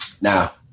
Now